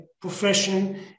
profession